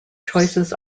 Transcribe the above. choices